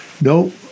No